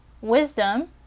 Wisdom